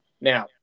Now